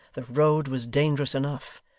the road was dangerous enough,